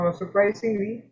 surprisingly